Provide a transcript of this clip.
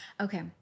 Okay